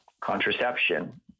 contraception